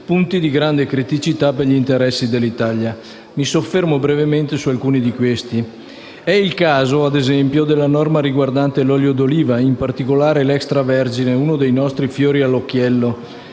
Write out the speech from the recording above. punti di grande criticità per gli interessi dell'Italia. Mi soffermo brevemente su alcuni di questi. È il caso - ad esempio - della norma riguardante l'olio d'oliva, in particolare l'extravergine, che è uno dei nostri fiori all'occhiello.